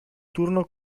turno